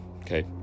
okay